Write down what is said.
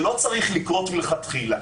שלא צריך לקרות מלכתחילה,